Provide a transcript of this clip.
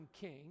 king